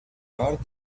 earth